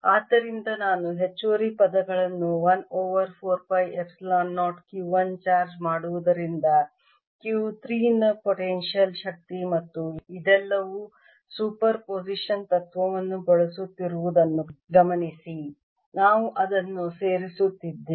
ಆದ್ದರಿಂದ ನಾನು ಹೆಚ್ಚುವರಿ ಪದಗಳನ್ನು 1 over 4 pi epsilon 0 Q 1 charge ಮಾಡುವುದರಿಂದ Q 3 ನ ಪೊಟೆನ್ಶಿಯಲ್ ಶಕ್ತಿ ಮತ್ತು ಇದೆಲ್ಲವೂ ಸೂಪರ್ ಪೊಸಿಷನ್ ತತ್ವವನ್ನು ಬಳಸುತ್ತಿರುವುದನ್ನು ಗಮನಿಸಿ ನಾವು ಅದನ್ನು ಸೇರಿಸುತ್ತಿದ್ದೇವೆ